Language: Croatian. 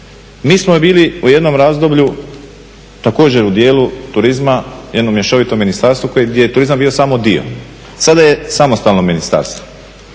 Mi smo bili u jednom razdoblju također u dijelu turizma jedno mješovito ministarstvo kojeg je turizam bio samo dio. Sada je samostalno ministarstvo.